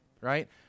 Right